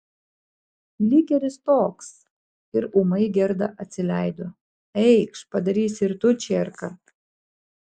likeris toks ir ūmai gerda atsileido eikš padarysi ir tu čierką